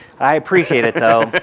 i appreciate it though.